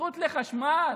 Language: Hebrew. זכות לחשמל?